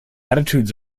attitudes